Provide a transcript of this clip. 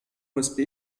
usb